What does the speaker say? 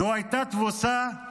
זאת הייתה תבוסה של